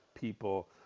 people